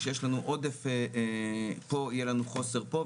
כשיש לנו עודף פה יהיה לנו חוסר פה,